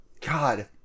god